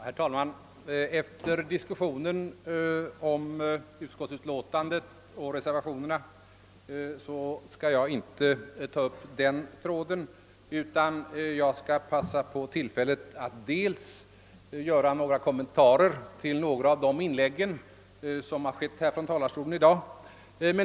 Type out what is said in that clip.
Herr talman! Efter diskussionen om utskottsutlåtandet och reservationerna till detta skall jag inte ta upp den debattråden. Jag skall i stället passa på tillfället att kommentera några av de inlägg som gjorts från talarstolen i dag.